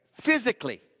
physically